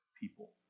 people